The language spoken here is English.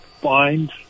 find